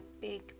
big